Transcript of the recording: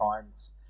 times